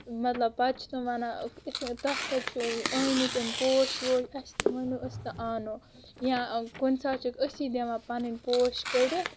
مطلب پتہٕ چھِ تِم ونان تۄہہِ کتہِ چھِو آمٕتۍ یِم پوش ووش اسہِ تہِ ؤنِو أسۍ تہِ انو یا کُنۍ ساتہٕ چھِکھ أسی دِوان پنٕنۍ پوش کڑِتھ